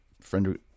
friend